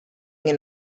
nie